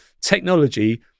technology